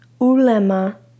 ulema